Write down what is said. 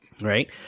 right